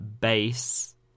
bass